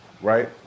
right